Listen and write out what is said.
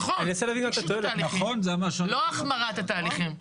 נכון, פישוט התהליכים, לא החמרת התהליכים.